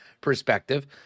perspective